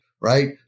right